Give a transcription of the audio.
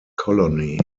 colony